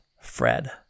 Fred